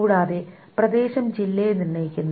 കൂടാതെ പ്രദേശം ജില്ലയെ നിർണ്ണയിക്കുന്നു